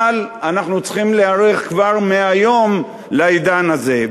אבל אנחנו צריכים להיערך כבר מהיום לעידן הזה,